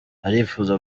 arifuza